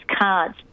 cards